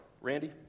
Randy